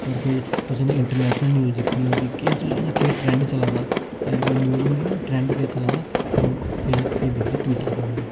होर कोई कुसै नै इंटरनैशनल न्यूज दिक्खनी होग कि केह् चला दा केह् ट्रेंड चलै दा ऐसी कोई न्यूज होंदी न ट्रैंड केह् चला दा लोक फिर एह् दिखदे टविटर खोलदे